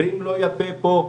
מדברים לא יפה פה.